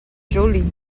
jolie